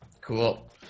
cool